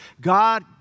God